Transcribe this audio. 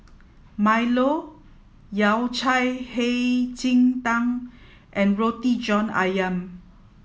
milo yao cai hei ji tang and roti john ayam